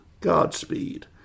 Godspeed